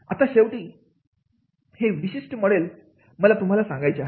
आता शेवटी हे विशिष्ट मॉडल मला तुम्हाला सांगायचे आहे